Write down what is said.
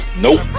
Nope